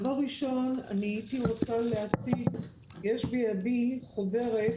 יש בידי חוברת: